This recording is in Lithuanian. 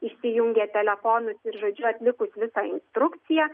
išsijungę telefonus ir žodžiu atlikus visą instrukciją